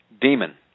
demon